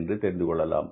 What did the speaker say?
என்று தெரிந்துகொள்ளலாம்